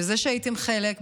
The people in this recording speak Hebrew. בזה שהייתם חלק,